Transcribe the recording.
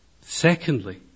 Secondly